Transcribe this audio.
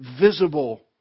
visible